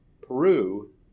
Peru